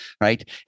right